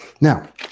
Now